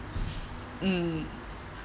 mm